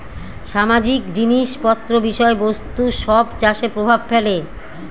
সামাজিক জিনিস পত্র বিষয় বস্তু সব চাষে প্রভাব ফেলে